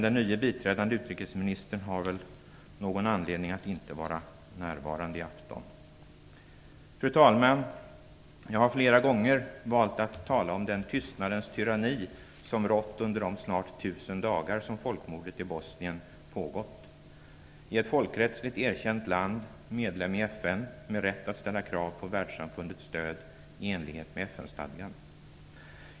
Den nye biträdande utrikesministern har förmodligen någon anledning till att han inte är närvarande i afton. Fru talman! Jag har flera gånger valt att tala om den tystnadens tyranni som har rått under de snart tusen dagar som folkmordet i Bosnien har pågått. Det är ett folkrättsligt erkänt land, medlem i FN och har rätt att ställa krav på världssamfundets stöd i enlighet med FN:stadgan.